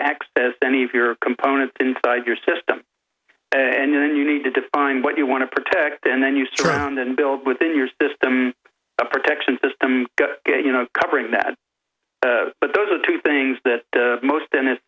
access any of your components inside your system and then you need to define what you want to protect and then you surround and build within your system a protection system you know covering that but those are the two things that the most and as